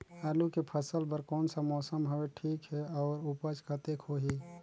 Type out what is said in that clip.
आलू के फसल बर कोन सा मौसम हवे ठीक हे अउर ऊपज कतेक होही?